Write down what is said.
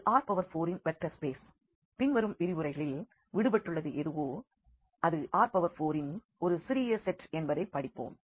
எனவே இது R4இன் வெக்டர் ஸ்பேஸ் பின்வரும் விரிவுரைகளில் விடுபட்டுள்ளது எதுவோ இது R4இன் ஒரு சிறிய செட் என்பதை படிப்போம்